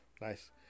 nice